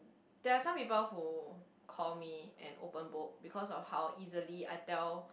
there are some people who call me an open book because of how easily I tell